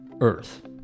Earth